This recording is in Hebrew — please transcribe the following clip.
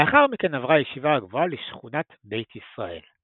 לאחר מכן עברה הישיבה הגבוהה לשכונת בית ישראל.